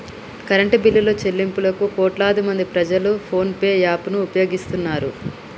current బిల్లుల చెల్లింపులకు కోట్లాదిమంది ప్రజలు ఫోన్ పే యాప్ ను ఉపయోగిస్తున్నారు